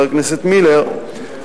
חבר הכנסת מילר,